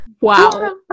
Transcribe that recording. wow